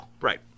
Right